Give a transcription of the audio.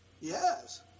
Yes